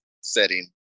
setting